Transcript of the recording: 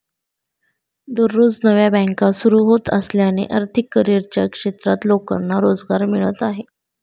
दररोज नव्या बँका सुरू होत असल्याने आर्थिक करिअरच्या क्षेत्रात लोकांना रोजगार मिळत आहे